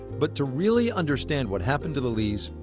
but to really understand what happened to the lees,